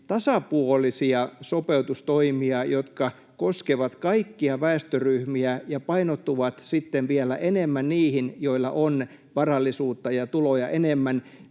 tasapuolisia sopeutustoimia, jotka koskevat kaikkia väestöryhmiä ja painottuvat sitten vielä enemmän niihin, joilla on varallisuutta ja tuloja enemmän,